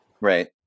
Right